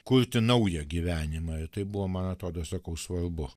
kurti naują gyvenimą ir tai buvo man atrodo sakau svarbu